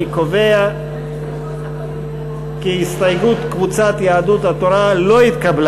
אני קובע כי הסתייגות קבוצת יהדות התורה לא התקבלה.